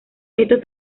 estos